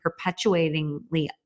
perpetuatingly